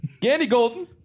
Gandy-Golden